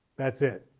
that's it.